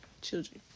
children